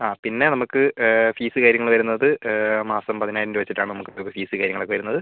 അതെ പിന്നെ നമുക്ക് ഫീസ് കാര്യങ്ങള് വരുന്നത് മാസം പതിനായിരം രൂപ വെച്ചിട്ടാണ് നമുക്ക് ഫീസ് കാര്യങ്ങളൊക്കെ വരുന്നത്